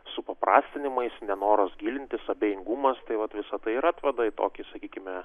supaprastinimais nenoras gilintis abejingumas tai vat visa tai ir atveda į tokį sakykime